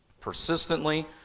persistently